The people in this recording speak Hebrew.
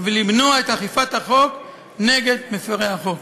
ולמנוע את אכיפת החוק נגד מפרי החוק.